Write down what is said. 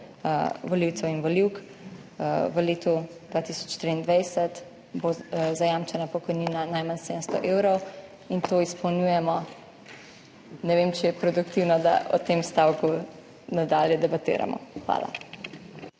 volivcev in volivk. V letu 2023 bo zajamčena pokojnina najmanj 700 evrov in to izpolnjujemo. Ne vem, če je produktivno, da o tem stavku nadalje debatiramo. Hvala.